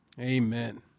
amen